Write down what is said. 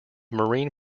marine